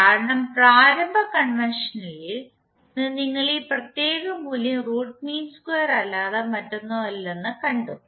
കാരണം പ്രാരംഭ കൺവെൻഷനിൽ നിന്ന് ഈ പ്രത്യേക മൂല്യം റൂട്ട് മീൻ സ്ക്വയർ അല്ലാതെ മറ്റൊന്നുമല്ലെന്ന് കണ്ടു